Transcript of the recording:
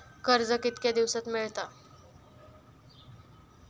कर्ज कितक्या दिवसात मेळता?